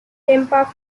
tampa